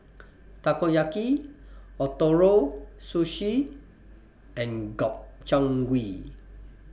Takoyaki Ootoro Sushi and Gobchang Gui